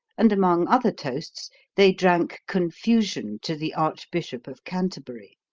and among other toasts they drank confusion to the archbishop of canterbury.